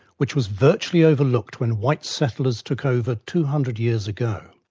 which was virtually overlooked when white settlers took over, two hundred years ago.